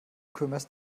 kümmerst